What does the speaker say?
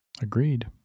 Agreed